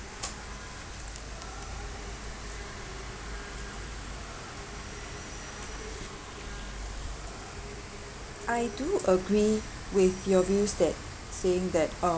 I do agree with your views that saying that